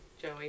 Joey